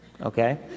okay